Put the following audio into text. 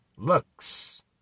Looks